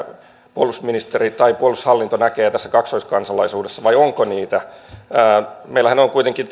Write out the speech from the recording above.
puolustusministeri tai puolustushallinto näkevät tässä kaksoiskansalaisuudessa vai onko niitä meillähän on kuitenkin